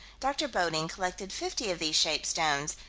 dr. bodding collected fifty of these shaped stones,